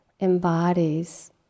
embodies